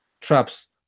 traps